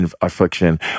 affliction